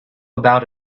about